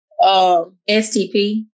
STP